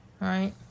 right